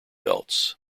belt